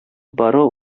бару